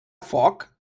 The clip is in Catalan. foc